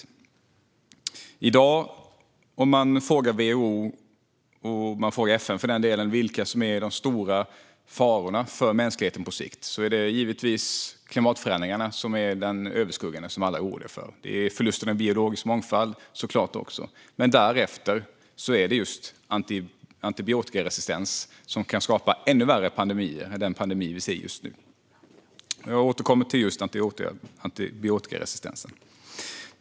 Om man i dag frågar WHO, eller för delen FN, vilka som är de stora farorna för mänskligheten på sikt får man givetvis svaret att det är klimatförändringarna som är det överskuggande och det som alla är oroliga för. Man får också höra om förlusten av biologisk mångfald. Men därefter kommer antibiotikaresistens, som kan skapa ännu värre pandemier än den vi ser just nu. Jag återkommer till antibiotikaresistensen.